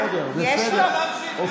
בסדר, בסדר.